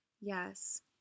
yes